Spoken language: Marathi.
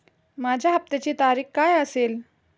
माझ्या हप्त्याची तारीख काय असेल?